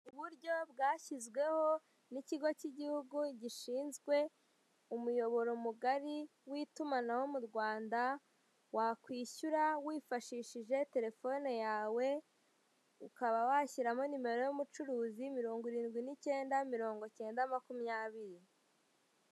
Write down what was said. Uburyo bwashyizweho n'ikigo cy'igihugu gishinzwe umuyoboro mugari w'itumanaho mu Rwanda, wakwishyura wifashishije telefone yawe. Ukaba washyiramo nimero y'umucuruzi mirongo irindwi n'icyenda, mirongo icyenda makumyabiri.